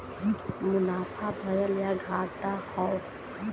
मुनाफा भयल या घाटा हौ